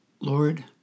Lord